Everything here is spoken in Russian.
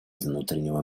внутреннего